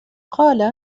قال